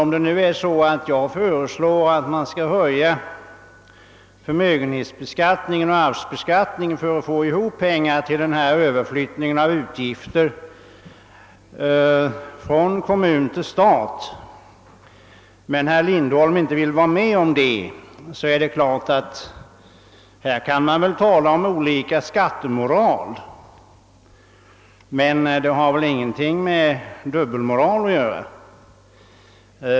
Om jag föreslår att man skall höja förmögenhetsbeskattningen och arvsbeskattningen för att få ihop pengar till denna överflyttning av utgifter från kommun till stat men herr Lindholm inte vill vara med om det, så kan man väl tala om olika skattemoral. Det har däremot ingenting med dubbelmoral att göra.